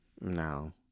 no